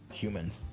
humans